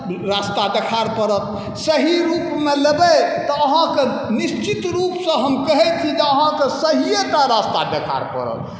रस्ता देखार पड़त सही रूपमे लेबै तऽ अहाँके निश्चित रूपसँ हम कहै छी जे अहाँके सहिएटा रास्ता देखार पड़त